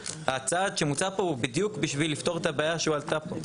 הצעד שמוצע פה הוא בדיוק בשביל לפתור את הבעיה שהועלתה פה.